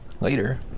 Later